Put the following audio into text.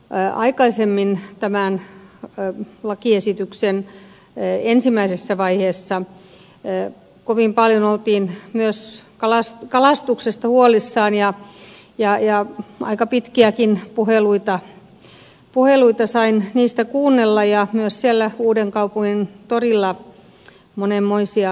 silloin aikaisemmin tämän lakiesityksen ensimmäisessä vaiheessa kovin paljon oltiin myös kalastuksesta huolissaan ja aika pitkiäkin puheluita sain siitä kuunnella ja myös siellä uudenkaupungin torilla monenmoisia selvityksiä